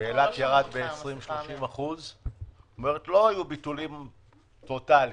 זאת אומרת לא היו ביטולים טוטאליים.